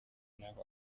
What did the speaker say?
n’aho